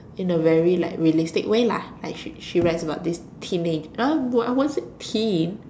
in a very like realistic way lah like she she writes about this teenager uh I won't say teen